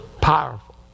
Powerful